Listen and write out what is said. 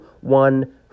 one